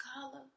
color